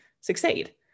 succeed